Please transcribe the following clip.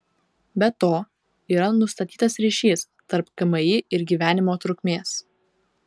be to yra nustatytas ryšys tarp kmi ir gyvenimo trukmės